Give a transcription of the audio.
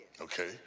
Okay